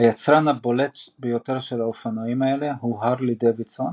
היצרן הבולט ביותר של אופנועים אלה הוא הרלי-דייווידסון,